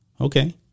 Okay